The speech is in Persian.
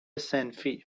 صنفی